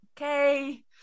okay